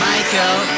Michael